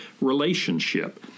relationship